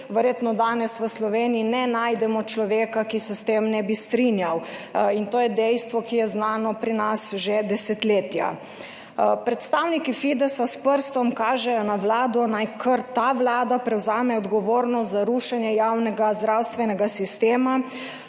Verjetno danes v Sloveniji ne najdemo človeka, ki se s tem ne bi strinjal. To je dejstvo, ki je znano pri nas že desetletja. Predstavniki Fidesa s prstom kažejo na vlado, naj kar ta vlada prevzame odgovornost za rušenje javnega zdravstvenega sistema.